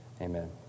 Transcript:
amen